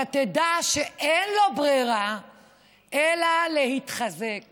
אתה תדע שאין לו ברירה אלא להתחזק